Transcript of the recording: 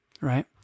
right